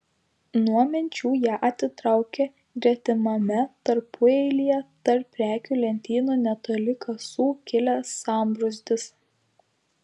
nuo minčių ją atitraukė gretimame tarpueilyje tarp prekių lentynų netoli kasų kilęs sambrūzdis